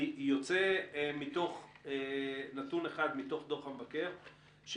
אני יוצא מתוך נתון אחד שעולה בדוח המבקר,